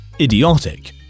idiotic